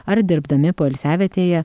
ar dirbdami poilsiavietėje